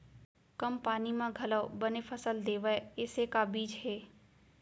कम पानी मा घलव बने फसल देवय ऐसे का बीज हे?